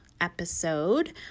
episode